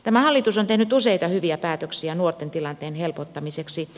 tämä hallitus on tehnyt useita hyviä päätöksiä nuorten tilanteen helpottamiseksi